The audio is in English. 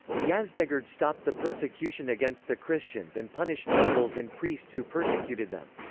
yazdegerd stopped the persecution against the christians and punished nobles and priests who persecuted them.